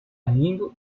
rindo